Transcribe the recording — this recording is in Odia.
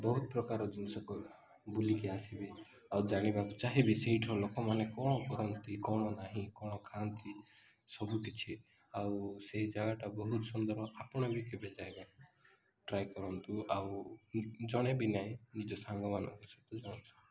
ବହୁତ ପ୍ରକାର ଜିନିଷକୁ ବୁଲିକି ଆସିବି ଆଉ ଜାଣିବାକୁ ଚାହିଁବି ସେଇଠିର ଲୋକମାନେ କ'ଣ କରନ୍ତି କ'ଣ ନାହିଁ କ'ଣ ଖାଆନ୍ତି ସବୁକିଛି ଆଉ ସେଇ ଜାଗାଟା ବହୁତ ସୁନ୍ଦର ଆପଣ ବି କେବେ ଜାଗା ଟ୍ରାଏ କରନ୍ତୁ ଆଉ ଜଣେ ବିି ନାହିଁ ନିଜ ସାଙ୍ଗମାନଙ୍କୁ ସହିତ ଜାଆନ୍ତୁ